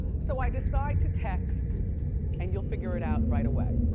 so i decide to text and you'll figure it out right away.